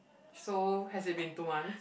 so has it been two months